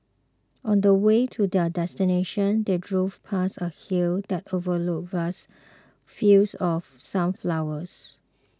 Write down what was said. on the way to their destination they drove past a hill that overlooked vast fields of sunflowers